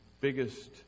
biggest